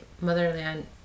motherland